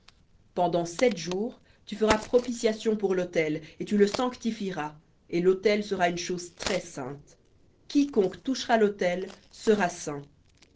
pendant sept jours tu feras propitiation pour l'autel et tu le sanctifieras et l'autel sera une chose très-sainte quiconque touchera l'autel sera saint